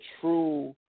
true